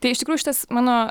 tai iš tikrųjų šitas mano